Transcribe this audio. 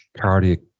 cardiac